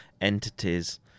entities